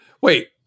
Wait